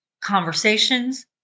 conversations